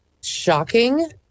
shocking